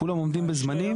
כולם עומדים בזמנים?